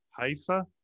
Haifa